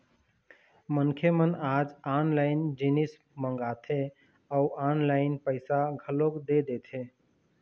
मनखे मन आज ऑनलाइन जिनिस मंगाथे अउ ऑनलाइन पइसा घलोक दे देथे